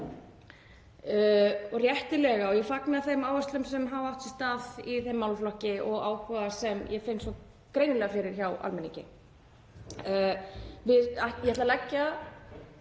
og réttilega. Og ég fagna þeim áherslum sem hafa átt sér stað í þeim málaflokki og áhuga sem ég finn greinilega fyrir hjá almenningi. Ég ætla að leggja